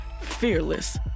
fearless